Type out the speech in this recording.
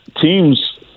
teams